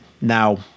Now